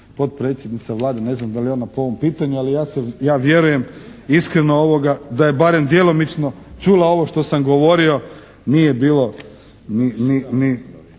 potpredsjednica Vlade, ne znam da li je ona po ovom pitanju, ali ja se, ja vjerujem iskreno da je barem djelomično čula ovo što sam govorio, nije bilo ni…